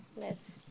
Yes